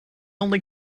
only